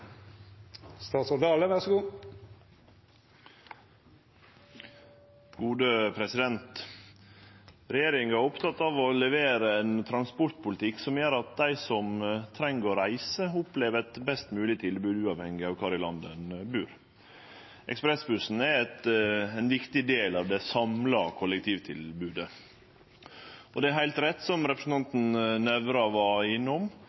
Regjeringa er oppteken av å levere ein transportpolitikk som gjer at dei som treng å reise, opplever eit best mogleg tilbod, uavhengig av kvar i landet ein bur. Ekspressbussane er ein viktig del av det samla kollektivtilbodet. Det er heilt rett som representanten Nævra var innom,